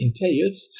entails